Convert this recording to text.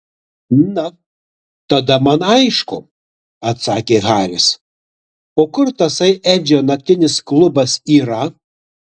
na tada man aišku atsakė haris o kur tasai edžio naktinis klubas yra